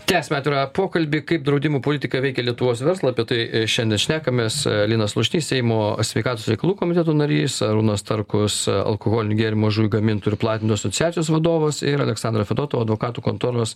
tęsiame atvirą pokalbį kaip draudimų politika veikia lietuvos verslą apie tai šiandien šnekamės linas lušnys seimo sveikatos reikalų komiteto narys arūnas starkus alkoholinių gėrimų gamintojų ir platinto asociacijos vadovas ir aleksandra fedotova advokatų kontoros